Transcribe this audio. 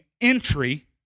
entry